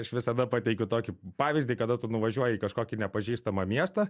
aš visada pateikiu tokį pavyzdį kada tu nuvažiuoji į kažkokį nepažįstamą miestą